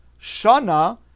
Shana